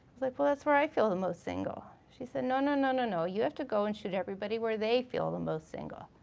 like well that's where i feel the most single. she said no, no, no, no, no, you have to go and shoot everybody where they feel the most single.